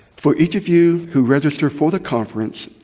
for each of you who register for the conference,